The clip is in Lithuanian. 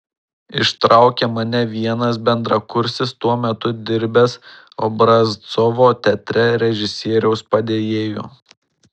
ištraukė mane vienas bendrakursis tuo metu dirbęs obrazcovo teatre režisieriaus padėjėju